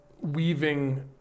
weaving